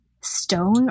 stone